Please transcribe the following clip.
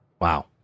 Wow